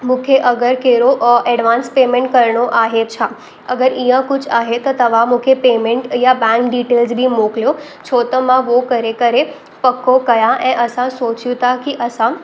मूंखे अगरि कहिडो अ एडवांस पेमेंट करिणो आहे छा अगरि ईअं कुझु आहे त तव्हां मूंखे पेमेंट या बैंक डिटेल्स मोकिलियो छो त मां वो करे करे पको कयां ऐं असां सोचियूं था की असां